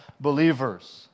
Believers